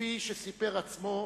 וכפי שסיפר בעצמו: